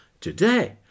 today